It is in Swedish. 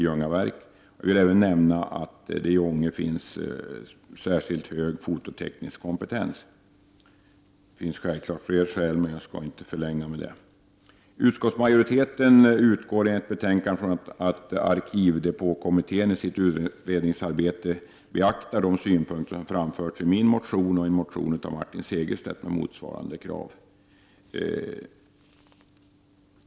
Jag vill även nämna att det i Ånge finns särskilt hög fototeknisk kompetens. Det finns självfallet flera skäl, men jag skall inte förlänga debatten med att räkna upp dem. Enligt betänkandet utgår utskottsmajoriteten från att arkivdepåkommitténi sitt utredningsarbete beaktar de synpunkter som framförts i min motion och i en motion av Martin Segerstedt med motsvarande krav.